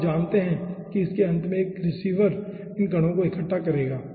और आप जानते हैं कि इसके अंत में एक रिसीवर इन कणों को इकट्ठा करेगा